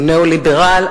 הוא ניאו-ליברל,